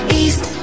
east